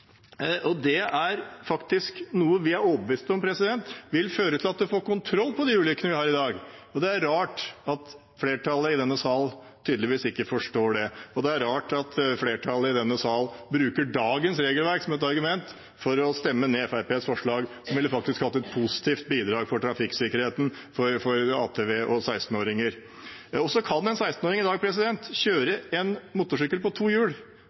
Det er faktisk noe vi er overbevist om vil føre til at man får kontroll på de ulykkene vi har i dag. Det er rart at flertallet i denne sal tydeligvis ikke forstår det, og det er rart at flertallet i denne sal bruker dagens regelverk som et argument for å stemme ned Fremskrittspartiets forslag, som faktisk ville vært et positivt bidrag til trafikksikkerheten for ATV og 16-åringer. En 16-åring kan i dag kjøre en motorsykkel på to hjul